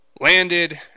landed